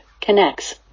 connects